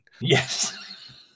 Yes